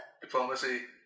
Diplomacy